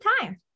time